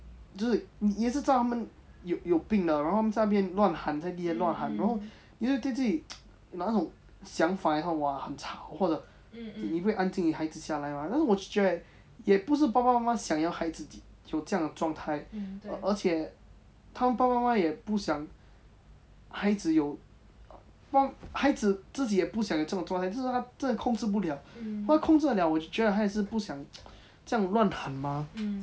就是你也是知道他们是有有病的然后他们在那边乱喊在地铁乱喊然后你就对自己 那种想法哇很吵或者你可以安静你孩子下来吗但是我是觉得 right 也不是爸爸妈妈想要孩子有这样的状态而且他们爸爸妈妈也不想孩子有孩子自己也不想有这种状态就是他真的控制不了他控制得了我就觉得他也是不想这样乱喊吗你知道吗